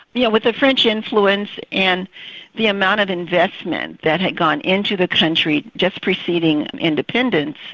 yeah with the french influence and the amount of investment that had gone into the country just preceding independence.